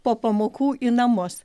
po pamokų į namus